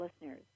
listeners